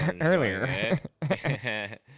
earlier